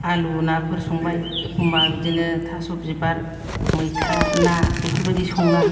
आलु नाफोर संबाय एखनबा बिदिनो थास' बिबार मैथा ना बेफोरबायदि संना